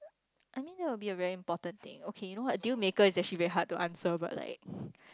I mean that would be a very important thing okay you know what deal maker is very hard to answer but like